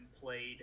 played